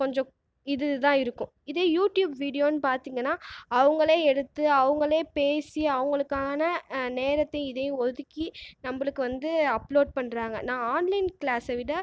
கொஞ்சம் இதுதான் இருக்கும் இதே யூட்டியூப் வீடியோனு பார்த்தீங்கன்னா அவங்களே எடுத்து அவங்களே பேசி அவங்களுக்கான நேரத்தையும் இதையும் ஒதுக்கி நம்மளுக்கு வந்து அப்லோட் பண்ணுறாங்க நான் ஆன்லைன் கிளாஸ் விட